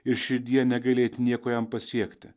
ir širdyje negailėti nieko jam pasiekti